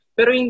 Pero